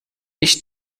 ich